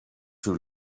too